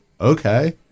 okay